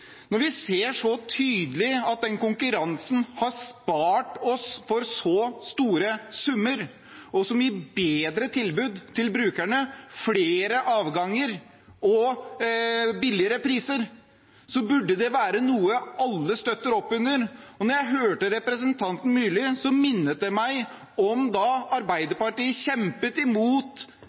Når vi ser så tydelig at konkurransen har spart oss for store summer og gir bedre tilbud til brukerne, flere avganger og lavere priser, burde det være noe alle støttet opp under. Da jeg hørte representanten Myrli, minnet det meg om da Arbeiderpartiet kjempet imot